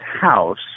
house